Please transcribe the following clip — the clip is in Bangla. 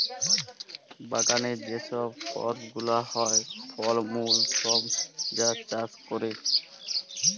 বাগালে যে ছব করপ গুলা হ্যয়, ফল মূল ছব যা চাষ ক্যরে